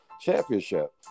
Championship